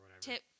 Tip